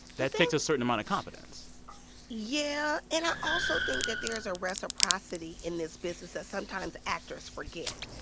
that takes a certain amount of confidence yeah. and i also think that there's a reciprocity in this business that sometimes actors forget,